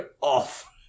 off